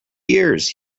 years